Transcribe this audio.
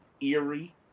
eerie